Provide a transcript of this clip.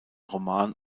roman